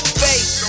face